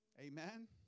Amen